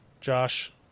Josh